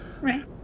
Right